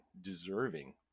deserving